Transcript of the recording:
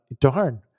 darn